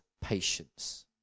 patience